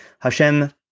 Hashem